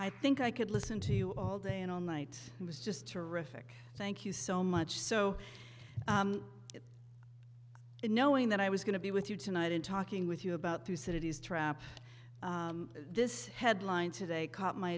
i think i could listen to you all day and all night it was just terrific thank you so much so knowing that i was going to be with you tonight in talking with you about two cities trap this headline today caught my